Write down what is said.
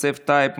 יוסף טייב,